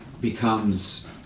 becomes